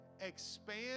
Expand